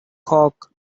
cock